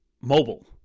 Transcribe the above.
mobile